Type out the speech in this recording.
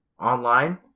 online